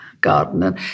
garden